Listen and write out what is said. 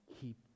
Keep